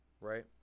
right